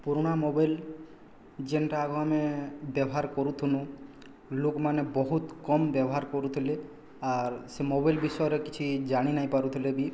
ପୁରୁଣା ମୋବାଇଲ୍ ଯେଣ୍ଟା ଆମେ ବ୍ୟବହାର କରୁଥିନୁ ଲୋକମାନେ ବହୁତ କମ୍ ବ୍ୟବହାର କରୁଥିଲେ ଆର୍ ସେ ମୋବାଇଲ୍ ବିଷୟରେ କିଛି ଜାଣିନାହିଁ ପାରୁଥିଲେ ବି